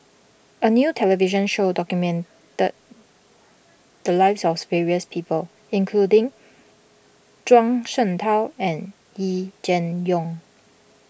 a new television show documented the lives of various people including Zhuang Shengtao and Yee Jenn Jong